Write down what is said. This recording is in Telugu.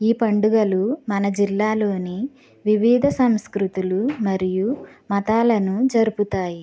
ఈ పండుగలు మన జిల్లాలోని వివిధ సంస్కృతులు మరియు మతాలను జరుపుతాయి